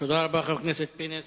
תודה רבה, חבר הכנסת פינס.